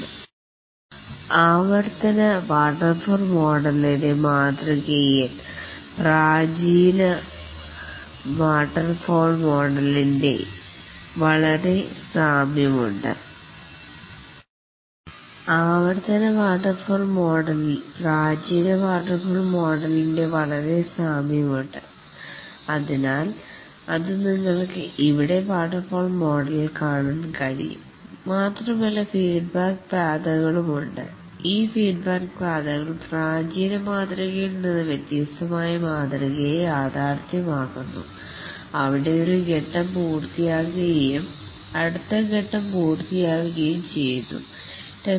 iterative waterfall മോഡലിൽ പ്രാചീന waterfall മോഡലിൻ്റെ വളരെ സാമ്യമുണ്ട് ഉണ്ട് അതിനാൽ നിങ്ങൾക്ക് ഇവിടെ വാട്ടർഫാൾ മോഡൽ കാണാൻ കഴിയും അത് കൂടാതെ ഫീഡ്ബാക്ക് പാതകളും ഉണ്ട് ഈ ഫീഡ്ബാക്ക് പാതകൾ പ്രാചീന മാതൃകയിൽ നിന്ന് വ്യത്യസ്തമായി ഈ മാതൃകയെ യാഥാർത്ഥ്യമാകുന്നു പ്രാചീന മാതൃകയിൽ ഒരു ഫേസ് പൂർത്തിയാകുകയും അതിനു ശേഷം അടുത്തഫേസ് പൂർത്തിയാവുകയും അങ്ങിനെ പോകുന്നു